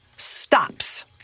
Stops